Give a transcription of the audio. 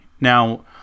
Now